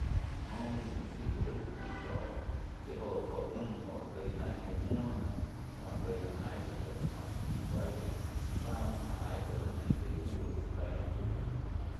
La joh muo ngi íh zái ku raih ngi tó hóh tsi hóh naum óho íh toi tain éh muoh, joh bá tóh já aíh tza pero mas sin embargo záh muo ja aíh tsa li nei tsá ih fu chá tai íh fu ló.